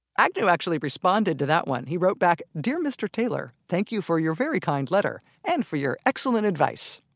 agnew actually responded to that one. he wrote back, dear mr. taylor thank you for your very kind letter and for your excellent advice!